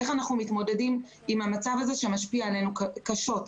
איך אנחנו מתמודדים עם המצב הזה שמשפיע עלינו קשות.